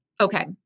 Okay